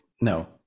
no